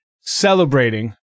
celebrating